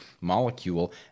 molecule